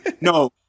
No